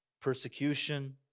persecution